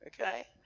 Okay